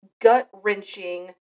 gut-wrenching